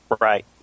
Right